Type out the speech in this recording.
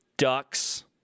Ducks